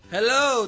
Hello